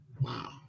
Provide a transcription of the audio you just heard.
Wow